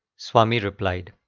swami replied